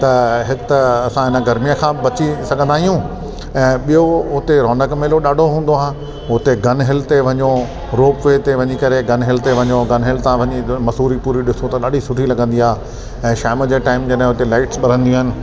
त हिकु त असां हिन गर्मीअ खां बची सघंदा आहियूं ऐं ॿियो उते रौनक़ु मेलो ॾाढो हूंदो आहे हुते गन हिल ते वञो रोप वे ते वञी करे गन हिल ते वञो गन हिल तां वञी मसूरी पूरी ॾिसो त ॾाढी सुठी लॻंदी आहे ऐं शाम जे टाइम जॾहिं हुते लाइट़स बरंदियूं आहिनि